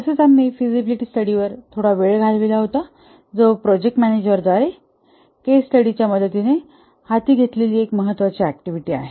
आणि आम्ही फिजिबिलिटी स्टडीवर थोडा वेळ घालवला आहे जो प्रोजेक्ट मॅनेजर द्वारे केस स्टडीच्या मदतीने हाती घेतलेली एक महत्त्वाची ऍक्टिव्हिटी आहे